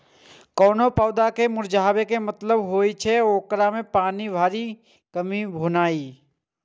कोनो पौधा के मुरझाबै के मतलब होइ छै, ओकरा मे पानिक भारी कमी भेनाइ